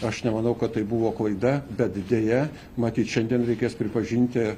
aš nemanau kad tai buvo klaida bet deja matyt šiandien reikės pripažinti